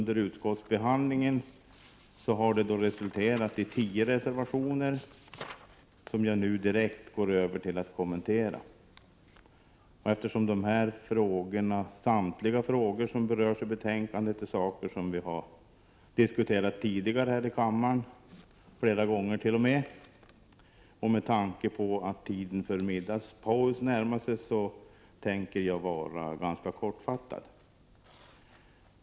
Det har resulterat i tio reservationer, som jag nu direkt övergår till att kommentera. Eftersom samtliga frågor som berörs i detta betänkande är sådana som vi diskuterat tidigare här i kammaren - flera gånger t.o.m. — och med tanke på att tiden för middagspaus närmar sig avser jag att vara ganska kortfattad.